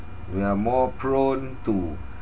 we are more prone to